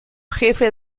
jefe